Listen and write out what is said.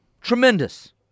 Tremendous